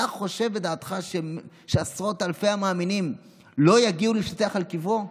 אתה חושב בדעתך שעשרות אלפי המאמינים לא יגיעו להשתטח על קברו?